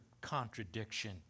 contradiction